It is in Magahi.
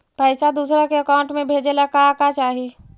पैसा दूसरा के अकाउंट में भेजे ला का का चाही?